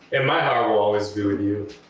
and my heart will always be with you.